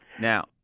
Now